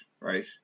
Right